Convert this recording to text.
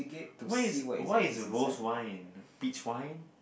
why is why is rose wine peach wine